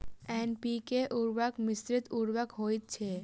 NPK उर्वरक मिश्रित उर्वरक होइत छै